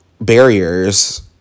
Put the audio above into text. barriers